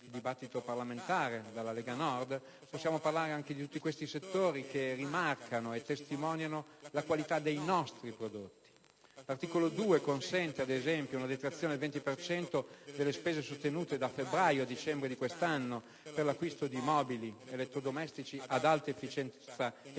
possiamo parlare anche di tutti questi settori che rimarcano e testimoniano la qualità dei nostri prodotti. L'articolo 2 consente, per esempio, una detrazione del 20 per cento delle spese sostenute da febbraio a dicembre 2009 per l'acquisto di mobili, elettrodomestici ad alta efficienza energetica,